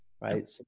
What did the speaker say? right